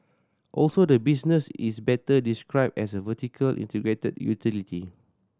also the business is better described as a vertical integrated utility